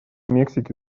мексики